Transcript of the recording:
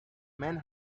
men